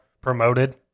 promoted